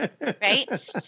right